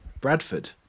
Bradford